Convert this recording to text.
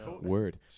word